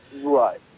right